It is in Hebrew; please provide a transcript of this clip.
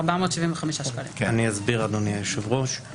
אדוני היושב-ראש,